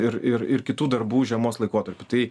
ir ir kitų darbų žiemos laikotarpiu tai